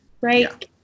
right